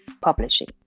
publishing